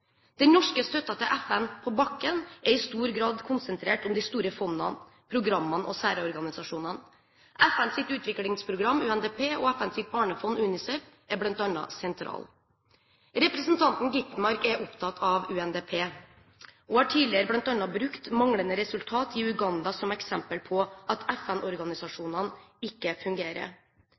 Den norske støtten til FN på bakken er i stor grad konsentrert om de store fondene, programmene og særorganisasjonene. FNs utviklingsprogram, UNDP, og FNs barnefond, UNICEF, er bl.a. sentrale. Representanten Skovholt Gitmark er opptatt av UNDP og har tidligere brukt bl.a. manglende resultater i Uganda som eksempel på at FN-organisasjonene ikke fungerer.